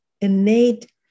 innate